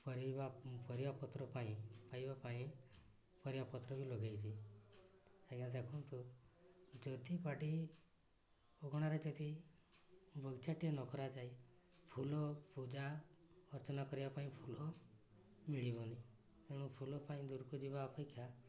ପରିବା ପରିବାପତ୍ର ପାଇଁ ପାଇବା ପାଇଁ ପରିବାପତ୍ର ବି ଲଗେଇଛି ଆଜ୍ଞା ଦେଖନ୍ତୁ ଯଦି ବାଡ଼ି ଅଗଣାରେ ଯଦି ବଗିଚାଟିଏ ନ କରାଯାଏ ଫୁଲ ପୂଜା ଅର୍ଚ୍ଚନା କରିବା ପାଇଁ ଫୁଲ ମିଳିବନି ତେଣୁ ଫୁଲ ପାଇଁ ଦୁର୍କୁ ଯିବା ଅପେକ୍ଷା